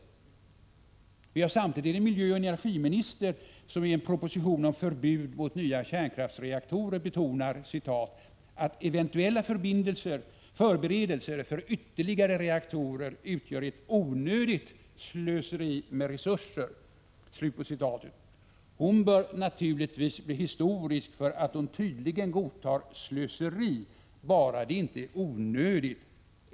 Samtidigt har vi en miljöoch energiminister som i en proposition om förbud mot nya kärnkraftsreaktorer betonar att ”eventuella förberedelser för ytterligare reaktorer utgör ett onödigt slöseri med resurser”. Hon bör naturligtvis bli historisk för att hon tydligen godtar slöseri, bara det inte är onödigt.